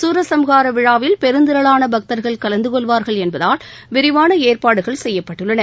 சூரசும்ஹார விழாவில் பெருந்திரளான பக்தர்கள் கலந்த கொள்வார்கள் என்பதால் விரிவான ஏற்பாடுகள் செய்யப்பட்டுள்ளன